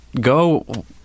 go